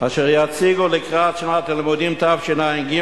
אשר יציגו לקראת שנת הלימודים תשע"ג,